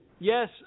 Yes